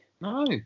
no